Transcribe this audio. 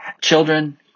children